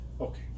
Okay